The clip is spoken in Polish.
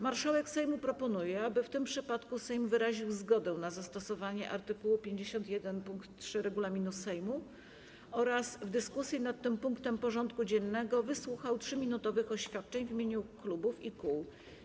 Marszałek Sejmu proponuje, aby w tym przypadku Sejm wyraził zgodę na zastosowanie art. 51 pkt 3 regulaminu Sejmu oraz w dyskusji nad tym punktem porządku dziennego wysłuchał 3-minutowych oświadczeń w imieniu klubów i kół.